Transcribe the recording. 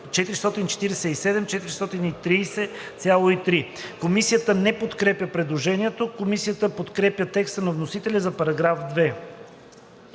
447 430,3“.“ Комисията не подкрепя предложението. Комисията подкрепя текста на вносителя за § 2.